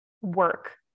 work